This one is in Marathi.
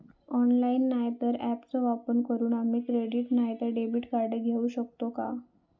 ऑनलाइन नाय तर ऍपचो वापर करून आम्ही क्रेडिट नाय तर डेबिट कार्ड घेऊ शकतो का?